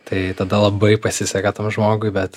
tai tada labai pasiseka tam žmogui bet